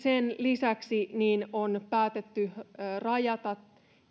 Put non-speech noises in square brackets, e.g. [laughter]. [unintelligible] sen lisäksi on päätetty rajata